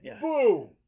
boom